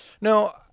No